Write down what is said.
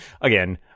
again